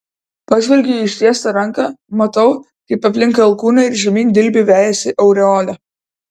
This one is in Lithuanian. pažvelgiu į ištiestą ranką matau kaip aplink alkūnę ir žemyn dilbiu vejasi aureolė